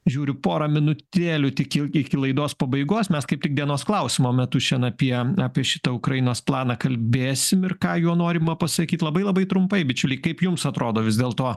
žiūriu porą minutėlių tik iki laidos pabaigos mes kaip tik dienos klausimo metu šian apie apie šitą ukrainos planą kalbėsim ir ką jo norima pasakyt labai labai trumpai bičiuliai kaip jums atrodo vis dėlto